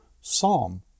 Psalm